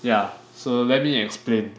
ya so let me explain